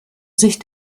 sich